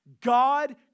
God